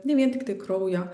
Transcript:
ne vien tiktai kraujo